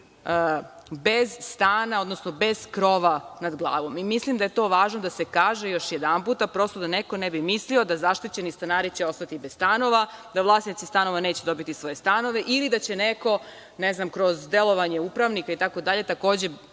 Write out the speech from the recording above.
bez stana, odnosno bez krova nad glavom. Mislim da je to važno da se kaže još jedanputa, prosto da neko ne bi mislio da će zaštićeni stanari ostati bez stanova, da vlasnici stanova neće dobiti svoje stanove, ili da će neko kroz delovanje upravnika itd. takođe